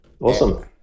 Awesome